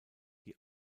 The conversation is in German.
die